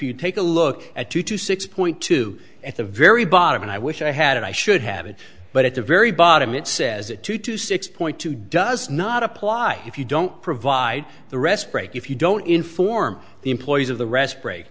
you take a look at two to six point two at the very bottom and i wish i had it i should have it but at the very bottom it says it two to six point two does not apply if you don't provide the rest break if you don't inform the employees of the rest break